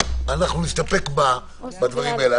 אנחנו נסתפק בדברים האלה.